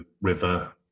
River